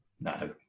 No